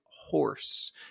horse